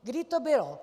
Kdy to bylo?